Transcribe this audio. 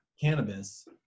cannabis